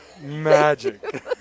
Magic